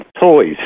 toys